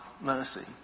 mercy